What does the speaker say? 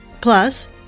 Plus